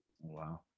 Wow